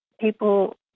people